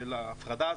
של ההפרדה.